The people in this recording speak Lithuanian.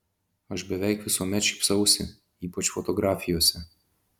aš beveik visuomet šypsausi ypač fotografijose